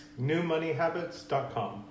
newmoneyhabits.com